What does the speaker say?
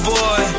boy